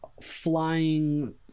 flying